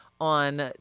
on